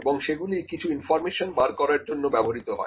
এবং সেগুলি কিছু ইনফর্মেশন বার করার জন্য ব্যবহৃত হয়